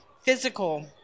physical